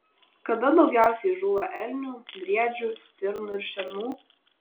kada daugiausiai žūva elnių briedžių stirnų ir šernų